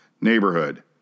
neighborhood